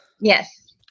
Yes